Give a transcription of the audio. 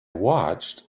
watched